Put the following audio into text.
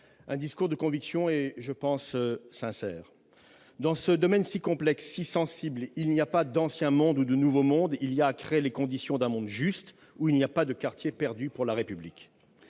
un discours de conviction et je pense sincère dans ce domaine si complexe, si sensible, il n'y a pas d'ancien monde ou du Nouveau Monde, il y a crée les conditions d'un monde juste, où il n'y a pas de quartier perdu pour la République,